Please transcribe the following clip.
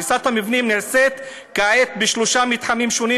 הריסת המבנים נעשית כעת בשלושה מתחמים שונים",